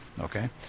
okay